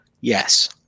yes